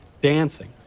dancing